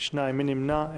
2 נמנעים,